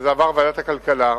וזה עבר לוועדת הכלכלה,